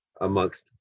amongst